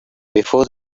before